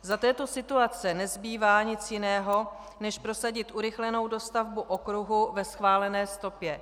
Za této situace nezbývá nic jiného než prosadit urychlenou dostavbu okruhu ve schválené stopě.